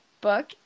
book